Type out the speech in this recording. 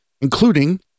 including